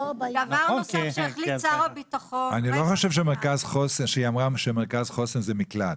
אני לא חושב שהיא אמרה שמרכז חוסן הוא מקלט.